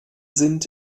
sind